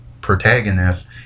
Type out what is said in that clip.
protagonist